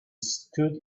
stood